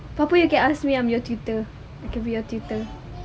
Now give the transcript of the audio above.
probably you can ask me I'm your tutor I can be your tutor